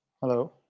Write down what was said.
Hello